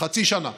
חצי שנה,